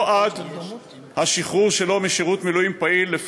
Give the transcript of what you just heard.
או עד השחרור שלו משירות מילואים פעיל,